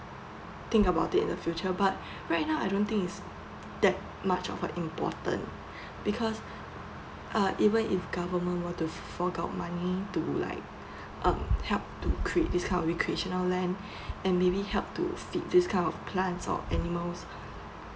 think about it in the future but right now I don't think it's that much of a important because uh even if government wants to fork out might money like um help to cre~ this kind of recreational land and maybe help to feed this kind of plants or animals